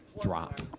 drop